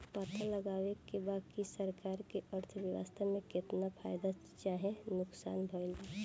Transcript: पता लगावे के बा की सरकार के अर्थव्यवस्था में केतना फायदा चाहे नुकसान भइल बा